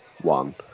one